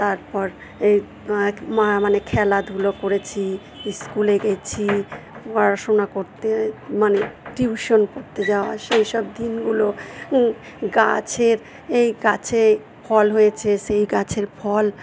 তারপর এই মানে খেলাধুলো করেছি স্কুলে গেছি পড়াশুনা করতে মানে টিউশন পড়তে যাওয়া সেই সব দিনগুলো গাছের এই গাছে ফল হয়েছে সেই গাছের ফল